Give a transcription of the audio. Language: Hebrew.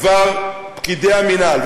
כבר פקידי המינהל,